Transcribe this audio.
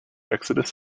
exodus